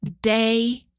day